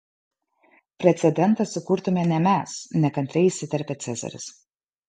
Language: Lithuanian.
precedentą sukurtume ne mes nekantriai įsiterpė cezaris